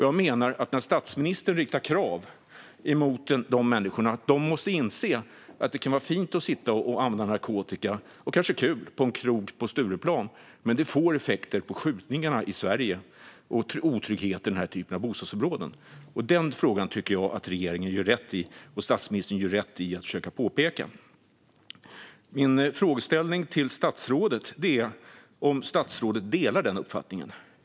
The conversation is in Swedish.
Jag menar att när statsministern riktar krav mot de människorna måste de inse att det kan vara fint och kanske kul att använda narkotika på en krog på Stureplan, men det får effekter på skjutningarna i Sverige och otryggheten i den typen av bostadsområden. Den saken gör regeringen och statsministern rätt i att försöka påpeka. Delar statsrådet den uppfattningen?